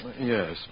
yes